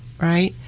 right